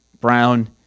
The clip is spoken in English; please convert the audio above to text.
brown